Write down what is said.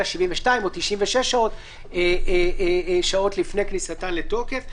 אלא 72 שעות או 96 שעות לפני כניסתן לתוקף.